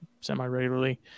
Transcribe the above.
semi-regularly